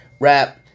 rap